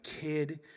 kid